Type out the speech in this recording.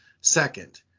second